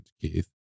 Keith